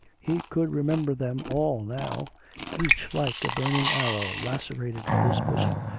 he could remember them all now each like a burning arrow lacerated his bosom,